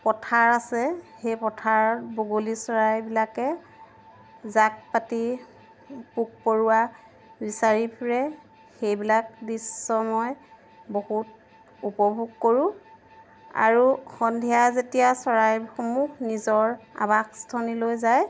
পথাৰ আছে সেই পথাৰত বগলী চৰাইবিলাকে জাক পাতি পোক পৰুৱা বিচাৰি ফুৰে সেইবিলাক দৃশ্য মই বহুত উপভোগ কৰোঁ আৰু সন্ধিয়া যেতিয়া চৰাইসমূহ নিজৰ আৱাসস্থলীলৈ যায়